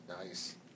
Nice